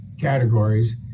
categories